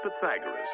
Pythagoras